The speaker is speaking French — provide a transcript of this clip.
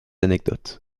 anecdotes